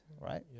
right